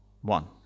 One